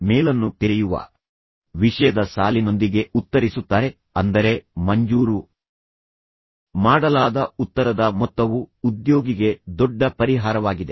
ಮೇಲನ್ನು ತೆರೆಯುವ ವಿಷಯದ ಸಾಲಿನೊಂದಿಗೆ ಉತ್ತರಿಸುತ್ತಾರೆ ಅಂದರೆ ಮಂಜೂರು ಮಾಡಲಾದ ಉತ್ತರದ ಮೊತ್ತವು ಉದ್ಯೋಗಿಗೆ ದೊಡ್ಡ ಪರಿಹಾರವಾಗಿದೆ